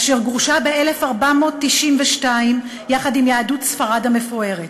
אשר גורשה ב-1492 יחד עם יהדות ספרד המפוארת.